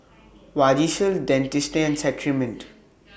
Vagisil Dentiste and Cetrimide